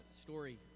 story